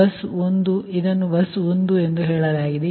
ಆದ್ದರಿಂದ ಇದು ಬಸ್ 1 ಎಂದು ಹೇಳಲಾಗುತ್ತದೆ